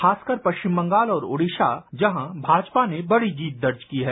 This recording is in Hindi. खासकर परिचम बंगाल और ओडीशा जहां भाजपा ने बड़ी जीत दर्ज की है